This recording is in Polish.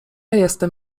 jestem